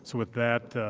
so with that,